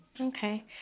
Okay